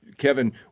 Kevin